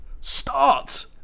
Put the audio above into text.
start